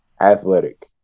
Athletic